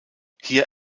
hier